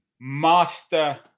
master